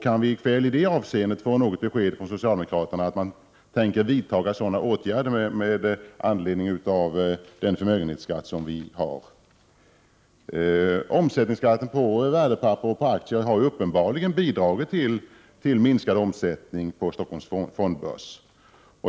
Kan vi i kväll få ett besked från socialdemokraterna om att de tänker vidta sådana åtgärder? Omsättningsskatten på värdepapper och aktier har uppenbarligen bidragit till minskad omsättning på Stockholms fondbörs.